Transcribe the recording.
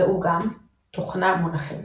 ראו גם תוכנה – מונחים